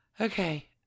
Okay